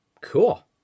cool